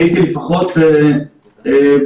הייתי לפחות בארבעה,